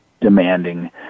demanding